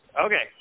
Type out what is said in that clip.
Okay